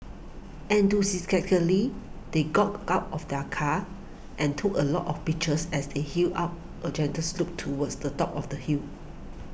they got out of their car and took a lot of pictures as they hiked up a gentle slope towards the top of the hill